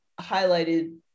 highlighted